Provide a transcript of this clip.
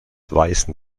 weißen